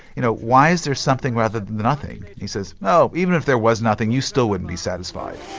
you know, why is there something rather than nothing? and he says, well, even if there was nothing you still wouldn't be satisfied.